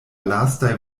lastaj